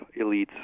elites